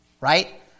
right